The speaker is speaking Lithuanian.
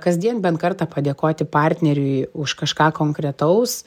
kasdien bent kartą padėkoti partneriui už kažką konkretaus